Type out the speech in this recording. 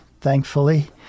thankfully